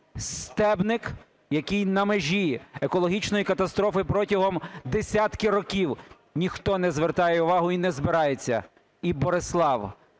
Стебник, який на межі екологічної катастрофи, протягом десятки років ніхто не звертає увагу і не збирається; і Борислав,